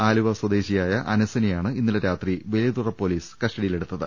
ആലുവ സ്വദേശിയായ അനസിനെയാണ് ഇന്നലെ രാത്രി വലിയതുറ പോലീസ് കസ്റ്റഡിയിലെടുത്തത്